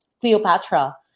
Cleopatra